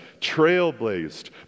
trailblazed